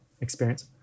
experience